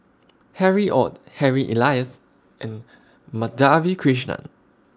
Harry ORD Harry Elias and Madhavi Krishnan